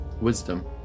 Wisdom